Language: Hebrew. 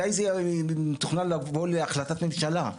מתי זה מתוכנן לבוא להחלטת ממשלה?